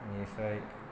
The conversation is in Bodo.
बेनिफ्राय